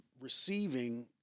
receiving